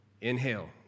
Inhale